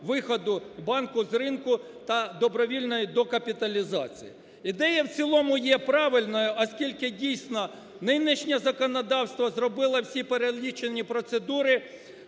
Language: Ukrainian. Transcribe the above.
виходу банку з ринку та добровільної докапіталізації. Ідея в цілому є правильною, оскільки дійсно нинішнє законодавство зробило всі перелічені процедури